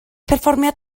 perfformiad